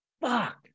fuck